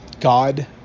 God